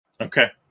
Okay